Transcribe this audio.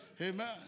Amen